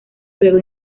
luego